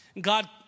God